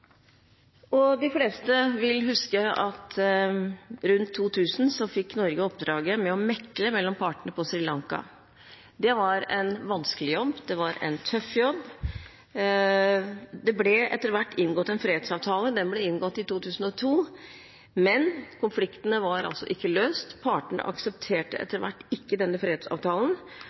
De fleste vil huske at rundt 2000 fikk Norge oppdraget med å mekle mellom partene på Sri Lanka. Det var en vanskelig jobb, det var en tøff jobb. Det ble etter hvert inngått en fredsavtale – den ble inngått i 2002 – men konfliktene var ikke løst. Partene aksepterte etter hvert ikke denne fredsavtalen,